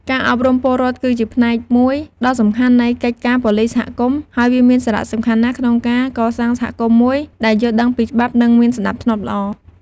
ការអប់រំពលរដ្ឋគឺជាផ្នែកមួយដ៏សំខាន់នៃកិច្ចការប៉ូលីសសហគមន៍ ហើយវាមានសារៈសំខាន់ណាស់ក្នុងការ កសាងសហគមន៍មួយដែលយល់ដឹងពីច្បាប់ និងមានសណ្តាប់ធ្នាប់ល្អ។